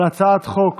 על הצעת חוק